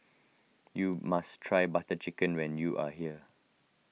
you must try Butter Chicken when you are here